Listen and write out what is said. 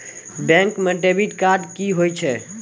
Bank म debit card की होय छै?